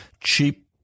cheap